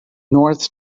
north